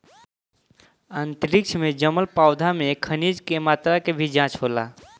अंतरिक्ष में जामल पौधा में खनिज के मात्रा के जाँच भी होला